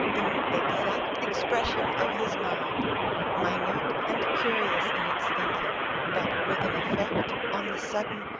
in exact expression of his mind minute and curious in its thinking but with an effect, on the sudden,